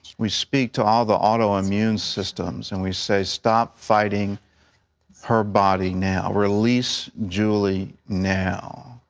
we speak to all the autoimmune systems. and we say stop fighting her body now. release julie now,